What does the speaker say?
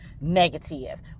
negative